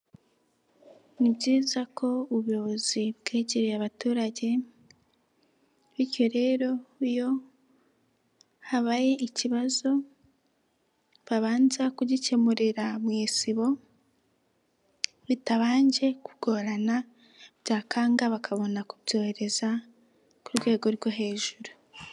Ni byiza ko ubuyobozi bwegereye abaturage, bityo rero iyo, habaye ikibazo, babanza kugikemurira mu isibo, bitabanje kugorana, byakanga bakabona kubyohereza, ku rwego rwo hejuru.